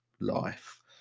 life